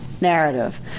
narrative